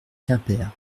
quimper